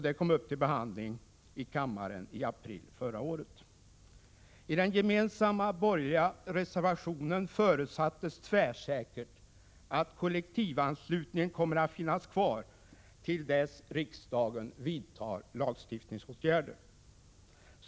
Det kom upp till behandling i kammaren i april förra året. I den gemensamma borgerliga reservationen förutsattes tvärsäkert att kollektivanslutningen skulle komma att finnas kvar till dess riksdagen vidtog lagstiftningsåtgärder.